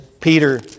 Peter